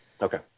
Okay